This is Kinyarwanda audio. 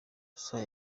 gusa